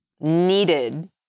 needed